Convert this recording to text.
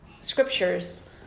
scriptures